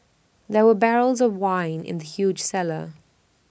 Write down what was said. there were barrels of wine in the huge cellar